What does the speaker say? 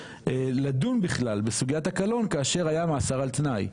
לדון בכלל בסוגיית הקלון כאשר היה מאסר על תנאי.